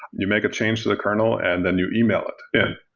you make a change to the kernel and then you email it in,